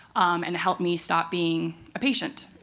and helped me stop being a patient.